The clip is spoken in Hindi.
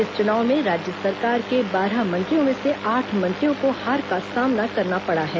इस चुनाव में राज्य सरकार के बारह मंत्रियों में से आठ मंत्रियों को हार का सामना करना पड़ा है